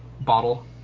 bottle